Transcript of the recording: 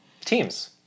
Teams